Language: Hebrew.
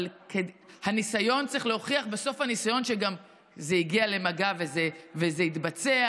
אבל צריך להוכיח בסוף הניסיון שזה הגיע למגע וזה התבצע.